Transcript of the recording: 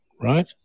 Right